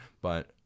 but-